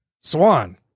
Swan